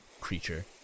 creature